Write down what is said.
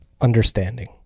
Understanding